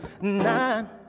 Nine